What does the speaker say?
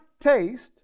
taste